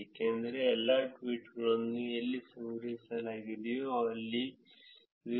ಏಕೆಂದರೆ ಎಲ್ಲಾ ಟ್ವೀಟ್ಗಳನ್ನು ಎಲ್ಲಿ ಸಂಗ್ರಹಿಸಲಾಗಿದೆಯೋ ಅಲ್ಲಿ 0